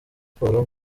sport